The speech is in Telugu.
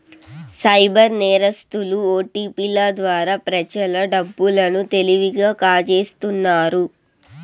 సైబర్ నేరస్తులు ఓటిపిల ద్వారా ప్రజల డబ్బు లను తెలివిగా కాజేస్తున్నారు